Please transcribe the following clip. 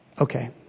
Okay